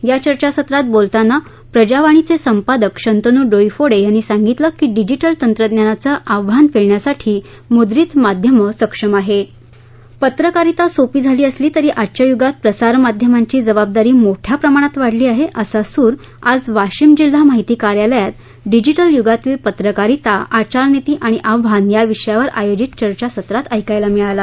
या चर्चा सत्रात बोलताना प्रजावाणीचे संपादक शंतन् डोईफोडे यांनी सांगितलं की डिजिटल तंत्रज्ञानाचं आव्हान पेलण्यासाठी मुद्रित माध्यमं सक्षम आहेत पत्रकारिता सोपी झाली असली तरी आजच्या यूगात प्रसारमाध्यमांची जबाबदारी मोठ्या प्रमाणात वाढली आहे असा सूर आज वाशीम जिल्हा माहिती कार्यालयात डिजिटल युगातील पत्रकारिता आचारनिती आणि आव्हान या विषयावर आयोजित चर्चासत्रात ऐकायला मिळाला